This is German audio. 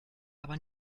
aber